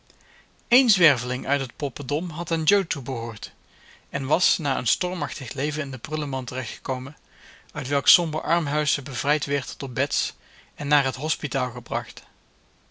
eén zwerveling uit het poppendom had aan jo toebehoord en was na een stormachtig leven in de prullemand terecht gekomen uit welk somber armhuis ze bevrijd werd door bets en naar het hospitaal gebracht